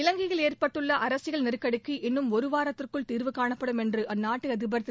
இலங்கையில் ஏற்பட்டுள்ள அரசியல் நெருக்கடிக்கு இன்னும் ஒரு வாரத்திற்குள் தீர்வு காணப்படும் என்று அந்நாட்டு அதிபர் திரு